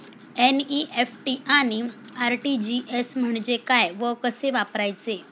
NEFT आणि RTGS म्हणजे काय व कसे वापरायचे?